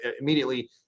immediately